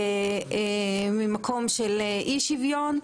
ממקום של אי שוויון,